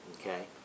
Okay